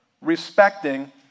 respecting